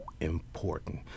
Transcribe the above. important